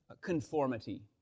conformity